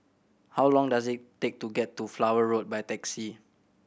how long does it take to get to Flower Road by taxi